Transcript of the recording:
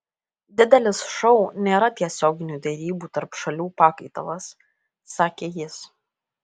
didelis šou nėra tiesioginių derybų tarp šalių pakaitalas sakė jis